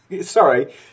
Sorry